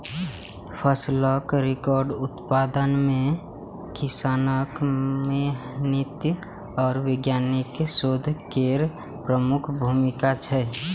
फसलक रिकॉर्ड उत्पादन मे किसानक मेहनति आ वैज्ञानिकक शोध केर प्रमुख भूमिका छै